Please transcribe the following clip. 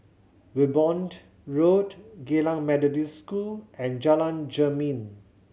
Wimborne Road Geylang Methodist School and Jalan Jermin